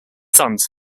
sons